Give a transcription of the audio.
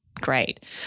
great